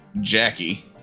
Jackie